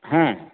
ಹಾಂ